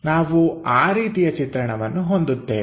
ನಾವು ಆ ರೀತಿಯ ಚಿತ್ರಣವನ್ನು ಹೊಂದುತ್ತೇವೆ